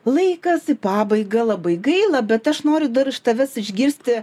laikas į pabaigą labai gaila bet aš noriu dar iš tavęs išgirsti